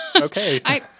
Okay